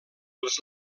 els